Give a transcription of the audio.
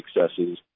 successes